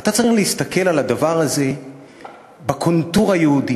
שאתה צריך להסתכל על הדבר הזה בקונטור היהודי.